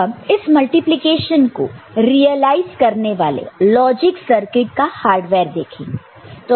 अब हम इस मल्टीप्लिकेशन को रियलाइज करने वाले लॉजिक सर्किट का हार्डवेयर देखेंगे